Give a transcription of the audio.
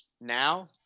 now